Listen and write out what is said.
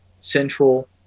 Central